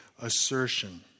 assertion